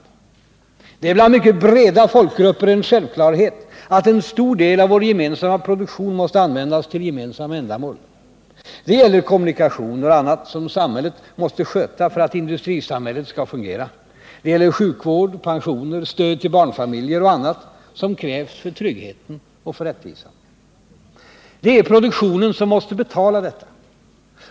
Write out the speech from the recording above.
Det är bland mycket breda folkgrupper en självklarhet att en stor del av vår gemensamma produktion måste användas till gemensamma ändamål. Det gäller kommunikationer och annat som samhället måste sköta för att industrisamhället skall fungera. Det gäller sjukvård, pensioner, stöd till barnfamiljer och annat som krävs för tryggheten och för rättvisan. Det är produktionen som måste betala detta.